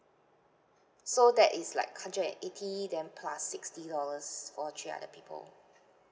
so that is like hundred and eighty then plus sixty dollars for three other people